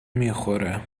میخوره